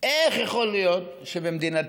איך יכול להיות שבמדינתנו,